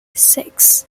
six